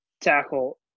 tackle